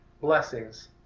blessings